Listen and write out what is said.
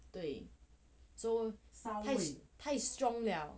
so so 太 strong 了